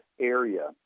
area